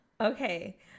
Okay